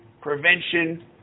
prevention